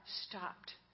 stopped